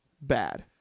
bad